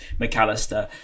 McAllister